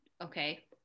Okay